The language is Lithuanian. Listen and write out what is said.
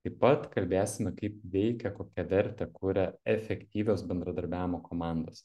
taip pat kalbėsime kaip veikia kokią vertę kuria efektyvios bendradarbiavimo komandos